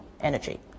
energy